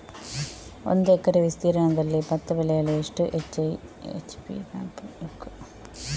ಒಂದುಎಕರೆ ವಿಸ್ತೀರ್ಣದಲ್ಲಿ ಭತ್ತ ಬೆಳೆಯಲು ಎಷ್ಟು ಎಚ್.ಪಿ ಪಂಪ್ ಬೇಕು?